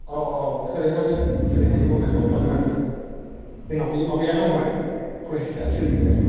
औ औ औ सोलायनो हागोन सोलायनो हायो अनलाइबाबो हागोन आरो जेनेबा जोंनाव बै माबाया दङ आरो प्रसेसा सोलियो आरो